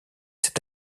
cet